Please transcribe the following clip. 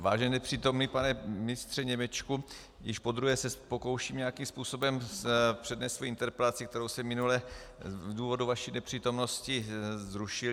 Vážený nepřítomný pane ministře Němečku, jiiž podruhé se pokouším nějakým způsobem přednést svoji interpelaci, kterou jsem minule z důvodu vaší nepřítomnosti zrušil.